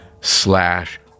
slash